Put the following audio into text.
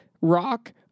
rock